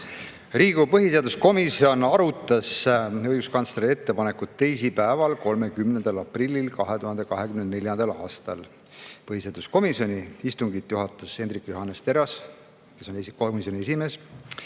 Riigikogu põhiseaduskomisjon arutas õiguskantsleri ettepanekut teisipäeval, 30. aprillil 2024. aastal. Põhiseaduskomisjoni istungit juhatas Hendrik Johannes Terras, kes on komisjoni esimees.